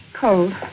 Cold